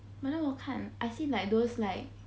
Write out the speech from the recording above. but then 我看 I see like those like